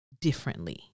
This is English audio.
differently